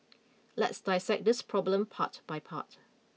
let's dissect this problem part by part